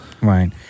Right